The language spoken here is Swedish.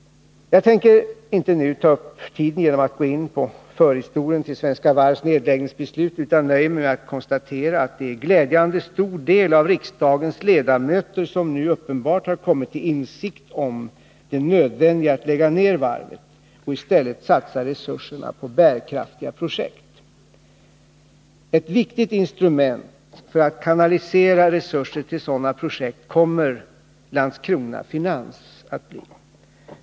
Jag tänker inte nu ta upp tiden genom att gå igenom förhistorien till Svenska Varvs nedläggningsbeslut, utan nöjer mig med att konstatera att det är en glädjande stor del av riksdagens ledamöter som nu uppenbart har kommit till insikt om det nödvändiga i att lägga ned varvet och i stället satsa resurserna på bärkraftiga projekt. Ett viktigt instrument för att kanalisera resurser till sådana projekt kommer Landskrona Finans att bli.